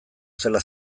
zela